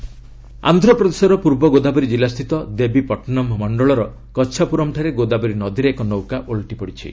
boat mishap Andhra ପ୍ରଦେଶର ପୂର୍ବ ଗୋଦାବରୀ ଜିଲ୍ଲାସ୍ଥିତ ଦେବୀପଟ୍ଟନମ୍ ମଣ୍ଡଳର କଚ୍ଛାପୁରମ୍ଠାରେ ଗୋଦାବରୀ ନଦୀରେ ଏକ ନୌକା ଓଲଟି ପଡ଼ିଛି